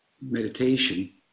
meditation